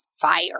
fire